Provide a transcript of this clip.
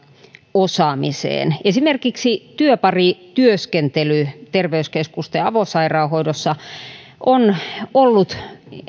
osaamiseen esimerkiksi työparityöskentely terveyskeskusten avosairaanhoidossa on ollut